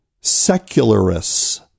secularists